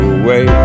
away